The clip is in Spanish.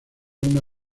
una